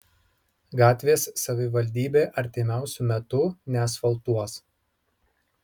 gatvės savivaldybė artimiausiu metu neasfaltuos